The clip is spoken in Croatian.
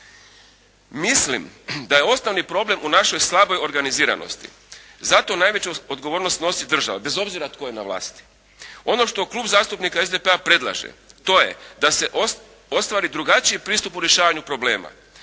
Mislim da je osnovni problem u našoj slaboj organiziranosti. Zato najveću odgovornost snosi država bez obzira tko je na vlasti. Ono što klub zastupnika SDP-a predlaže to je da se ostvari drugačiji pristup u rješavanju problema.